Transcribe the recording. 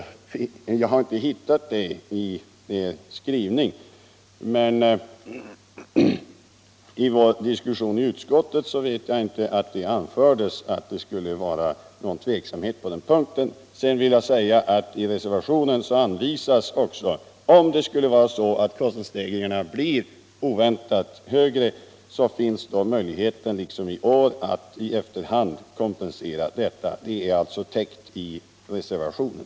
Jag har inte kunnat hitta något uttalande om det i utskottets skrivning, men jag kan heller inte minnas att det under vår diskussion i utskottet anfördes någon tveksamhet på den punkten. Sedan vill jag påpeka att i reservationen också anvisas att om kostnadsstegringarna blir oväntat högre, finns möjligheten — liksom fallet har varit i år —- att i efterhand kompensera det. Detta är alltså täckt i reservationen.